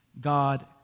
God